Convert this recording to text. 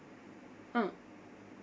mm